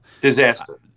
Disaster